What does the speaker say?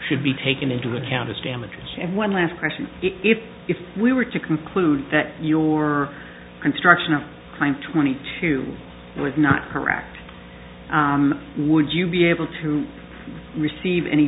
should be taken into account as damages and one last question if if we were to conclude that your construction of client twenty two was not correct would you be able to receive any